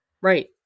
Right